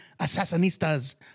Assassinistas